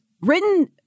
written